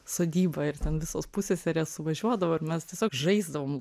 sodyba ir ten visos pusseserės važiuodavo ir mes tiesiog žaisdavom